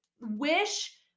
Wish